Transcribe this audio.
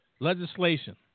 legislation